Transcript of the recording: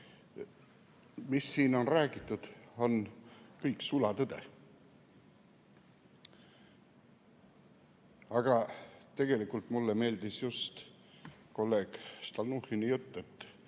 Mis siin on räägitud, on kõik sulatõde. Aga tegelikult meeldis mulle just kolleeg Stalnuhhini jutt, et